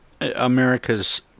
America's